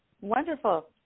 Wonderful